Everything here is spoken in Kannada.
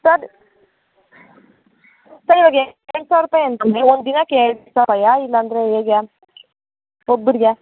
ಸರ್ ಸರ್ ಇವಾಗ ಎರಡು ಸಾವಿರ ರೂಪಾಯಿ ಅಂತಂದರೆ ಒಂದು ದಿನಕ್ಕೆ ಎರಡು ಸಾವಿರ ರೂಪಾಯಾ ಇಲ್ಲಾಂದರೆ ಹೇಗೆ ಒಬ್ರಿಗೆ